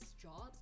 jobs